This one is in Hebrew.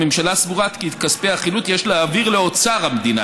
הממשלה סבורה כי את כספי החילוט יש להעביר לאוצר המדינה